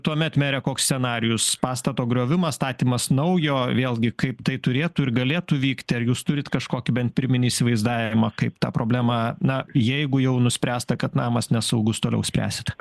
tuomet mere koks scenarijus pastato griovimas statymas naujo vėlgi kaip tai turėtų ir galėtų vykti ar jūs turit kažkokį bent pirminį įsivaizdavimą kaip tą problemą na jeigu jau nuspręsta kad namas nesaugus toliau spręsite